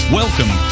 welcome